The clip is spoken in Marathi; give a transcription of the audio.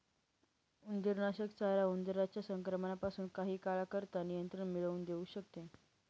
उंदीरनाशक चारा उंदरांच्या संक्रमणापासून काही काळाकरता नियंत्रण मिळवून देऊ शकते